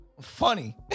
Funny